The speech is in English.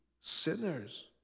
sinners